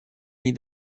nid